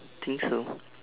think so